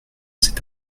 cet